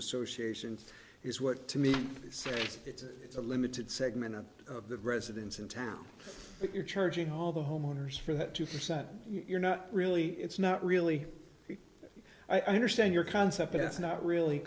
association is what to me say it's a limited segment of the residents in town if you're charging all the homeowners for that two percent you're not really it's not really i understand your concept but it's not really